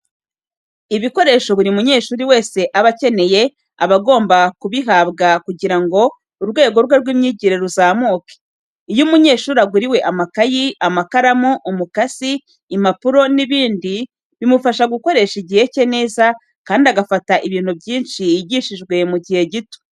Ibikoresho buri munyeshuri wese aba akeneye, aba agomba kubihabwa kugira ngo urwego rwe rw'imyigire ruzamuke. Iyo umunyeshuri aguriwe amakayi, amakaramu, umukasi, impapuro n'ibindi, bimufasha gukoresha igihe cye neza, kandi agafata ibintu byinshi yigishijwe mu gihe gito.